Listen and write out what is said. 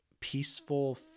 peaceful